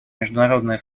международное